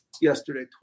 yesterday